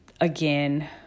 again